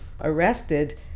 arrested